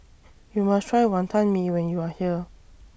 YOU must Try Wantan Mee when YOU Are here